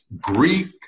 Greek